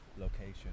location